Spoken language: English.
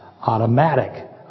Automatic